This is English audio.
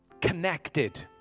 connected